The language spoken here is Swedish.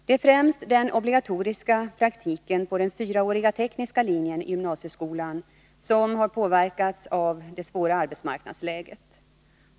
Det är främst den obligatoriska praktiken på den 4-åriga tekniska linjen i gymnasieskolan som har påverkats av det svåra arbetsmarknadsläget.